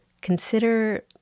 Consider